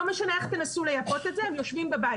לא משנה איך תנסו ליפות את זה הם יושבים בבית.